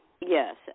yes